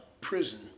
prison